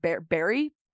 barry